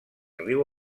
riu